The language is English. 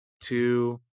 two